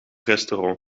restaurant